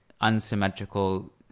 unsymmetrical